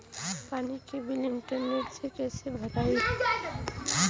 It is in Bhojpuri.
पानी के बिल इंटरनेट से कइसे भराई?